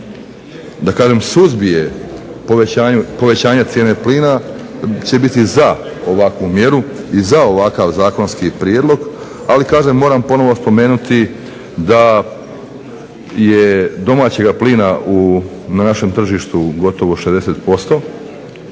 da kažem suzbije povećanje cijene plina će biti za ovakvu mjeru i za ovakav zakonski prijedlog, ali kažem moram ponovo spomenuti da je domaćega plina na našem tržištu gotovo 60%,